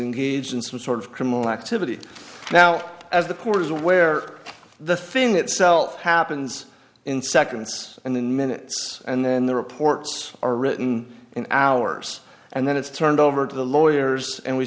engaged in some sort of criminal activity now as the court is aware the thing itself happens in seconds and then minutes and then the reports are written in hours and then it's turned over to the lawyers and we